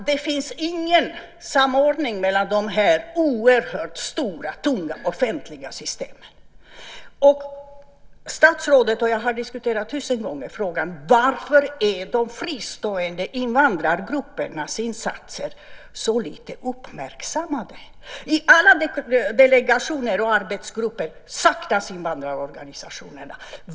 Det finns ingen samordning mellan dessa oerhört stora och tunga offentliga system. Statsrådet och jag har tusen gånger diskuterat frågan: Varför är de fristående invandrargruppernas insatser så lite uppmärksammade? I alla delegationer och arbetsgrupper saknas invandrarorganisationerna.